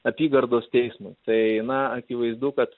apygardos teismui tai na akivaizdu kad